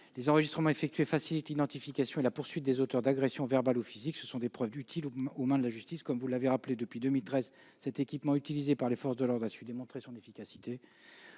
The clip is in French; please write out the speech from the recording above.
Les enregistrements effectués facilitent l'identification et la poursuite des auteurs d'agressions verbales ou physiques ; ce sont des preuves utiles pour la justice. Depuis 2013, cet équipement utilisé par les forces de l'ordre a su démontrer son efficacité.